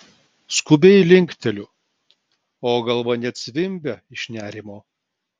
skubiai linkteliu o galva net zvimbia iš nerimo